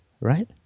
right